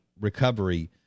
recovery